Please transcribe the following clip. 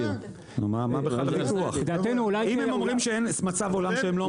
אם אין אומרים שאין מצב שהם לא עומדים בזמנים.